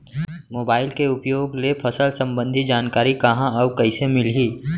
Mobile के उपयोग ले फसल सम्बन्धी जानकारी कहाँ अऊ कइसे मिलही?